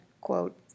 quote